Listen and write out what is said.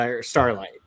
Starlight